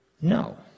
No